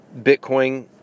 Bitcoin